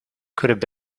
could